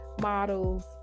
models